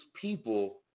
people